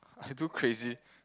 I do crazy